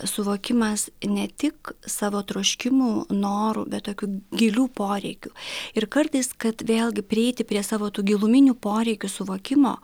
suvokimas ne tik savo troškimų norų bet tokių gilių poreikių ir kartais kad vėlgi prieiti prie savo tų giluminių poreikių suvokimo